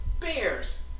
bears